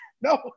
no